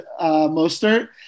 Mostert